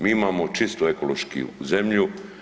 Mi imamo čistu ekološku zemlju.